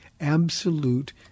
absolute